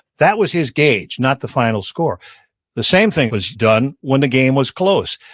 that was his gauge, not the final score the same thing was done when the game was close.